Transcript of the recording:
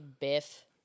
Biff